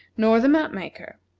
nor the map-maker.